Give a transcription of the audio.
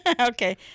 Okay